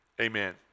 Amen